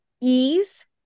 ease